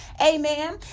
Amen